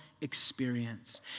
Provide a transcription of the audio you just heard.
experience